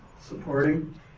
supporting